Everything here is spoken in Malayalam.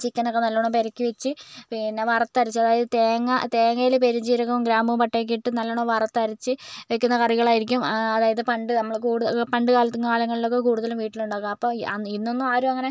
ചിക്കനൊക്കെ നല്ലോണം പെരക്കി വെച്ച് പിന്നെ വറുത്തരച്ച അതായത് തേങ്ങ തേങ്ങയില് പെരുംജീരകവും ഗ്രാമ്പുവും പട്ടയുമൊക്കെ ഇട്ട് നല്ലോണം വറുത്തരച്ച് വെക്കുന്ന കറികളായിരിക്കും അതായത് പണ്ട് നമ്മള് കൂടു പണ്ട് കാലത്ത് കാലങ്ങളിലൊക്കെ കൂടുതലും വീട്ടിലാണ് ഉണ്ടാക്കുക അപ്പോൾ അന്ന് ഇന്നൊന്നും ആരും അങ്ങനെ